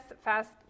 Fast